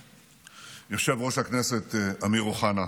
יושב-ראש הכנסת אמיר אוחנה,